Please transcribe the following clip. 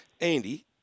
Andy